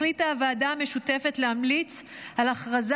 החליטה הוועדה המשותפת להמליץ על הכרזה